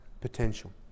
potential